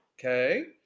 okay